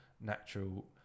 natural